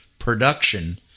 production